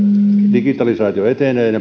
digitalisaatio etenee ja ne